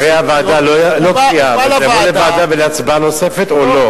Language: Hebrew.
אחרי הוועדה זה יבוא להצבעה נוספת או לא?